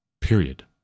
period